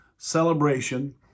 Celebration